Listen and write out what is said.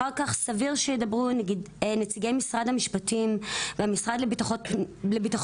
אחר כך סביר שידברו נגיד נציגי משרד המשפטים והמשרד לביטחון